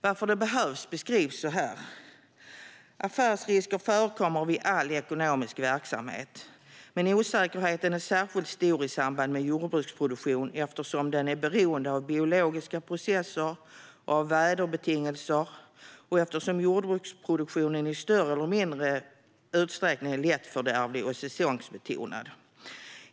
Varför det behövs, beskrivs så här: Affärsrisker förekommer vid all ekonomisk verksamhet. Men osäkerheten är särskilt stor i samband med jordbruksproduktion, eftersom den är beroende av biologiska processer och av väderbetingelser och eftersom jordbruksproduktion i större eller mindre utsträckning är lättfördärvlig och säsongsbetonad.